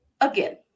again